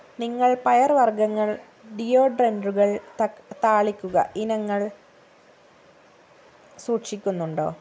നിങ്ങൾ പയർവർഗ്ഗങ്ങൾ ഡിയോഡ്രന്റുകൾ താളിക്കുക ഇനങ്ങൾ സൂക്ഷിക്കുന്നുണ്ടോ